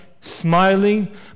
smiling